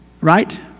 Right